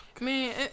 Man